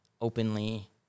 openly